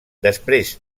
després